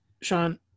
Sean